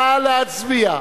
נא להצביע.